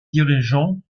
dirigeants